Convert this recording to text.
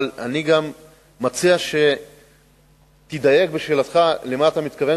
אבל אני גם מציע שתדייק בשאלתך למה אתה מתכוון